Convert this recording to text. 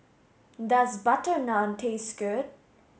does butter naan taste good